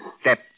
step